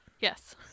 Yes